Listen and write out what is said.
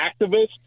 activists